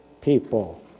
people